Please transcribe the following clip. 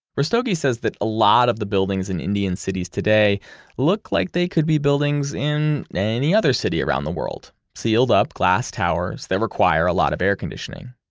rastogi says that a lot of the buildings in indian cities today look like they could be buildings in any other city around the world. sealed up glass towers that require a lot of air conditioning.